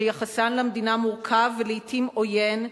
שיחסן למדינה מורכב ולעתים עוין,